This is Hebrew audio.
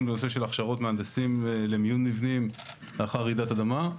בנושא של הכשרות מהנדסים למיון מבנים לאחר רעידת אדמה.